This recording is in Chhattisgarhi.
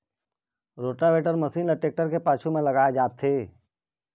रोटावेटर मसीन ल टेक्टर के पाछू म लगाए जाथे